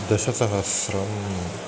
दशसहस्रम्